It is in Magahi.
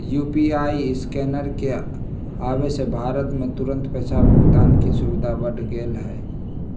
यू.पी.आई स्कैन के आवे से भारत में तुरंत पैसा भुगतान के सुविधा बढ़ गैले है